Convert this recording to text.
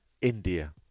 india